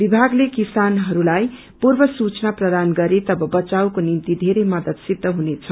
विभागले किसानहरूलाई पूर्व सूचना प्रदान गरे तव बचावको निशिम्त धेरै मदद सिद्ध हुनेछ